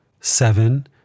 seven